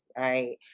right